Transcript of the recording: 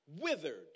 withered